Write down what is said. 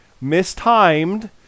mistimed